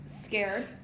scared